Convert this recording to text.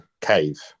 cave